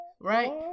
Right